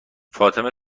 فاطمه